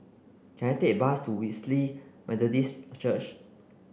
can I take a bus to Wesley Methodist Church